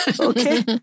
Okay